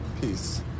peace